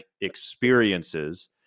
experiences